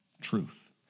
Truth